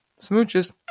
smooches